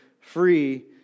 free